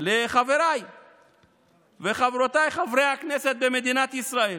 לחבריי וחברותיי חברי הכנסת במדינת ישראל